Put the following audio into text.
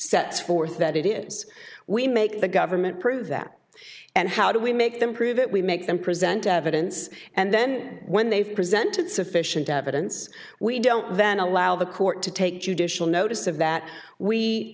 sets forth that it is we make the government prove that and how do we make them prove it we make them present evidence and then when they've presented sufficient evidence we don't then allow the court to take judicial notice of that we